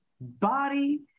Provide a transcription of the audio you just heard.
body